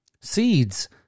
seeds